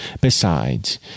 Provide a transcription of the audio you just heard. Besides